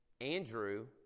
Andrew